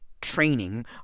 training